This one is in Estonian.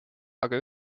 aga